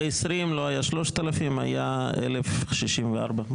ב2020 לא היו 3,000 היה 1,000 ומשהו.